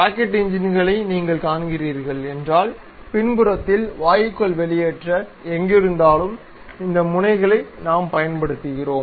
rocket என்ஜின்களை நீங்கள் காண்கிறீர்கள் என்றால் பின்புறத்தில் வாயுக்கள் வெளியேற்ற எங்கிருந்தாலும் இந்த முனைகளை நாம் பயன்படுத்துகிறோம்